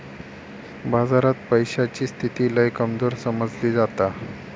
बाजारात पैशाची स्थिती लय कमजोर समजली जाता